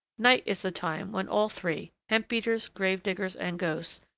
night is the time when all three, hemp-beaters, grave-diggers, and ghosts,